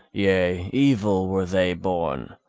yea, evil were they born,